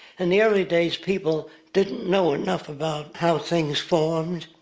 in the early days people didn't know enough about how things formed,